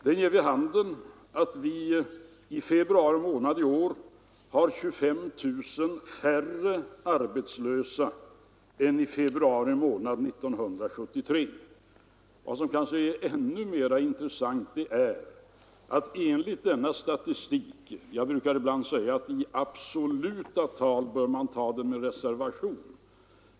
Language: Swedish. De ger vid handen att vi i februari månad i år hade 25 000 färre arbetslösa än i februari månad 1973. Jag brukar ibland säga att i absoluta tal bör man ta denna statistik med reservation.